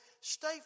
stay